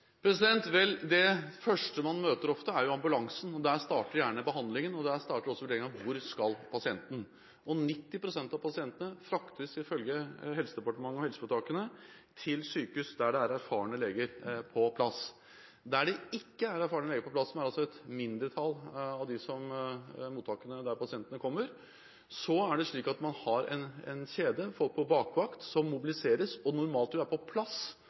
Vel, det første man møter, er ofte ambulansen. Der starter gjerne behandlingen, og der starter også vurderingen av hvor pasienten skal. 90 pst. av pasientene fraktes ifølge Helsedepartementet og helseforetakene til sykehus, der det er erfarne leger på plass. Der det ikke er erfarne leger på plass, som er i mindretall blant mottakene der pasientene kommer, har man en kjede, folk på bakvakt, som mobiliseres, og som normalt vil være på plass